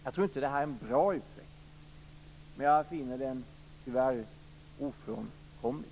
Jag tror inte att det är en bra utveckling. Men jag finner den tyvärr ofrånkomlig.